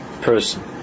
person